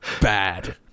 bad